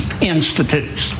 Institutes